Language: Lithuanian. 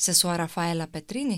sesuo rafaela petrini